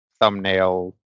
thumbnail